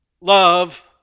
love